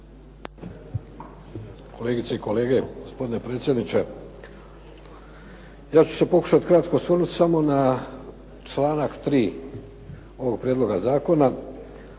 Kolegice i kolege, gospodine predsjedniče. Ja ću se pokušati kratko osvrnuti samo na članak 3. ovog prijedloga zakona